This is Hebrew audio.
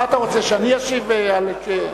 מה אתה רוצה, שאני אשיב על הנושא?